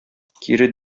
кире